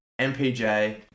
MPJ